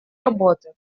работы